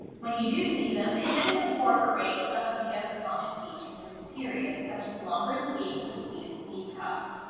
when you do see them they tend to incorporate some of the other common features of this period such as longer sleeves with pleated sleeve cuffs.